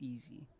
Easy